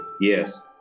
Yes